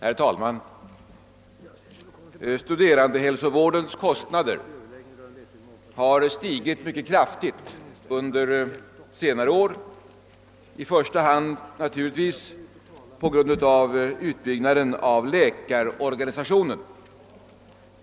Herr talman! Studerandehälsovårdens kostnader har stigit mycket kraftigt under senare år, i första hand naturligtvis på grund av utbyggnaden av läkarorganisationen.